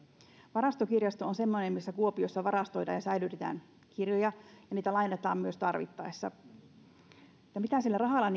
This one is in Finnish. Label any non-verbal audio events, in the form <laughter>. varastokirjasto on semmoinen missä kuopiossa varastoidaan ja säilytetään kirjoja ja niitä myös lainataan tarvittaessa mitä sillä rahalla <unintelligible>